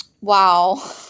wow